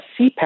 CPAP